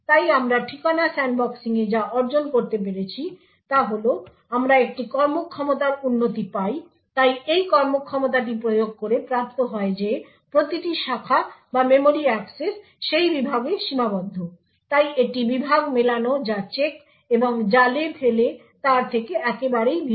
তাই আমরা ঠিকানা স্যান্ডবক্সিং এ যা অর্জন করতে পেরেছি তা হল আমরা একটি কর্মক্ষমতার উন্নতি পাই তাই এই কর্মক্ষমতাটি প্রয়োগ করে প্রাপ্ত হয় যে প্রতিটি শাখা বা মেমরি অ্যাক্সেস সেই বিভাগে সীমাবদ্ধ তাই এটি বিভাগ মেলানো যা চেক এবং জালে ফেলে তার থেকে একেবারেই ভিন্ন